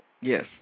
Yes